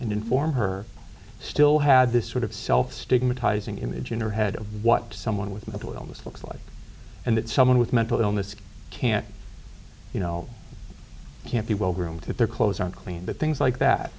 inform her still had this sort of self stigmatizing image in her head of what someone with mental illness looks like and that someone with mental illness can't you know can't be well groomed to their clothes aren't clean the things like that